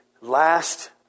last